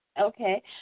okay